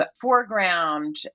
foreground